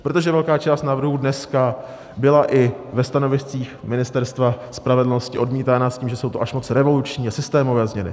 Protože velká část návrhů dneska byla i ve stanoviscích Ministerstva spravedlnosti odmítána s tím, že jsou to až moc revoluční a systémové změny.